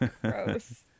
gross